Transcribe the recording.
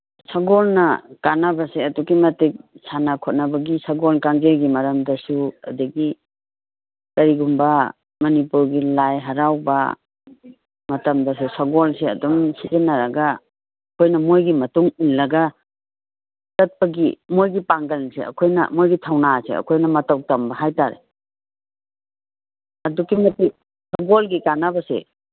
ꯁꯒꯣꯟꯅ ꯀꯥꯅꯕꯁꯦ ꯑꯗꯨꯛꯀꯤ ꯃꯇꯤꯛ ꯁꯥꯟꯅꯕ ꯈꯣꯠꯅꯕꯒꯤ ꯁꯒꯣꯟ ꯀꯥꯡꯖꯩꯒꯤ ꯃꯇꯝꯗꯁꯨ ꯑꯗꯒꯤ ꯀꯩꯒꯨꯝꯕ ꯃꯅꯤꯄꯨꯔꯒꯤ ꯂꯥꯏ ꯍꯔꯥꯎꯕ ꯃꯇꯝꯗꯁꯨ ꯁꯒꯣꯜꯁꯦ ꯑꯗꯨꯝ ꯁꯤꯖꯤꯟꯅꯔꯒ ꯑꯩꯈꯣꯏꯅ ꯃꯣꯏꯒꯤ ꯃꯇꯨꯡꯏꯜꯂꯒ ꯆꯠꯄꯒꯤ ꯃꯣꯏꯒꯤ ꯄꯥꯡꯒꯟꯁꯦ ꯑꯩꯈꯣꯏꯅ ꯃꯣꯏꯒꯤ ꯊꯧꯅꯥꯁꯦ ꯑꯩꯈꯣꯏꯅ ꯃꯇꯧ ꯇꯝꯕ ꯍꯥꯏ ꯇꯥꯔꯦ ꯑꯗꯨꯛꯀꯤ ꯃꯇꯤꯛ ꯁꯒꯣꯜꯒꯤ ꯀꯥꯅꯕꯁꯦ